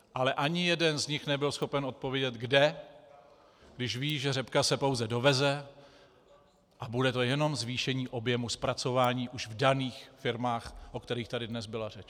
Ale ani jeden z nich nebyl schopen odpovědět kde, když ví, že řepka se pouze doveze a bude to jenom zvýšení objemu zpracování už v daných firmách, o kterých tady dnes byla řeč.